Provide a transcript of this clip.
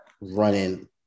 running